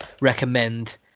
recommend